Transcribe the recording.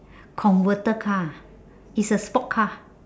converter car ah it's a sport car